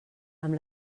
amb